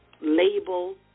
Label